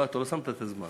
לא, אתה לא שמת את הזמן.